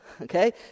okay